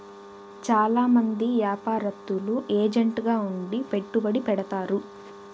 చాలా మంది యాపారత్తులు ఏజెంట్ గా ఉండి పెట్టుబడి పెడతారు